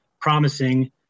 promising